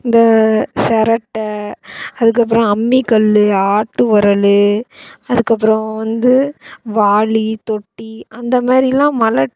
இந்த சிரட்ட அதுக்கப்புறம் அம்மிக்கல்லு ஆட்டு உரலு அதுக்கப்புறம் வந்து வாளி தொட்டி அந்தமாரிலாம் மழை